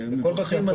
ואנחנו מברכים על זה.